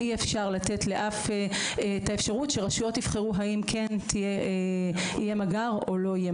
אי אפשר לתת לרשויות את האפשרות לבחור האם יהיה מג״ר או לא.